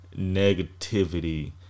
negativity